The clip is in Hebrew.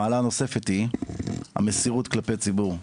המעלה הנוספת היא המסירות כלפי ציבור.